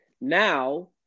now